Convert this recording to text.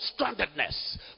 strandedness